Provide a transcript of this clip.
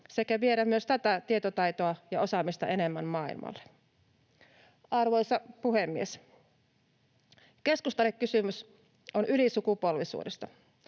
myös viedä tätä tietotaitoa ja osaamista enemmän maailmalle. Arvoisa puhemies! Keskustalle kysymys on ylisukupolvisuudesta.